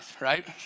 right